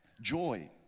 Joy